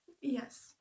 Yes